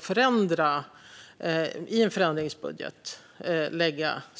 förändra och lägga in sina förslag i en ändringsbudget.